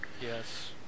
Yes